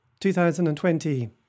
2020